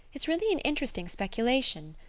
it's really an interesting speculation.